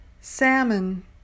salmon